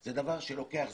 זה דבר שלוקח זמן,